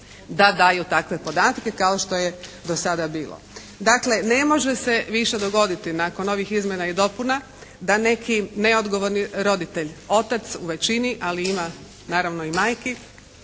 da daju takve podatke kao što je do sada bilo. Dakle ne može se više dogoditi nakon ovih izmjena i dopuna da neki neodgovorni roditelj, otac u većini, ali ima naravno i majki